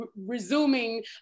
resuming